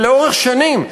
שלאורך שנים,